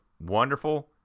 wonderful